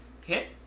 hit